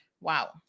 Wow